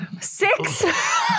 Six